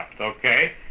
Okay